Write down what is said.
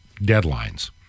deadlines